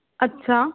अच्छा